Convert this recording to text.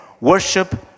Worship